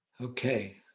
Okay